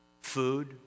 food